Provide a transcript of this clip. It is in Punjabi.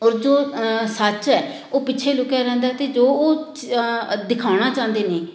ਔਰ ਜੋ ਸੱਚ ਹੈ ਉਹ ਪਿੱਛੇ ਲੁਕਿਆ ਰਹਿੰਦਾ ਅਤੇ ਜੋ ਉਹ ਦਿਖਾਉਣਾ ਚਾਹੁੰਦੇ ਨੇ